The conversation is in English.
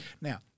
Now